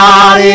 God